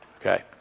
Okay